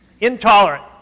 intolerant